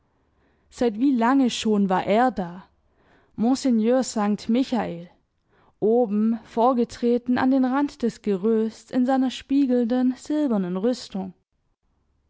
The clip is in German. seit wie lange schon war er da monseigneur sankt michal oben vorgetreten an den rand des gerüsts in seiner spiegelnden silbernen rüstung